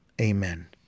Amen